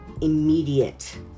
immediate